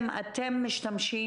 מצטערת להגיד,